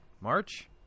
March